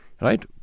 Right